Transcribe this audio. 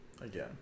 Again